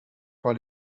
par